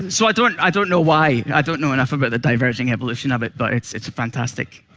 so i don't i don't know why, i don't know enough about the diverging evolution of it but it's it's fantastic.